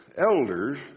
elders